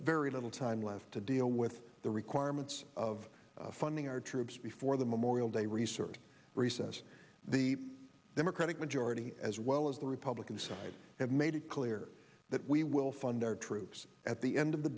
very little time left to deal with the requirements of funding our troops before the memorial day research recess the democratic majority as well as the republican side have made it clear that we will fund our troops at the end of the